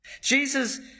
Jesus